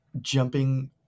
jumping